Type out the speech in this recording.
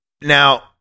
now